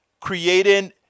creating